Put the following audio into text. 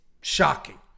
shocking